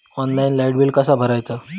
Online light bill कसा भरायचा?